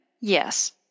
yes